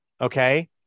Okay